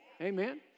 Amen